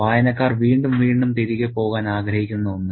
വായനക്കാർ വീണ്ടും വീണ്ടും തിരികെ പോകാൻ ആഗ്രഹിക്കുന്ന ഒന്ന്